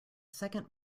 second